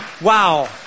Wow